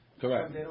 Correct